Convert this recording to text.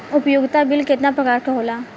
उपयोगिता बिल केतना प्रकार के होला?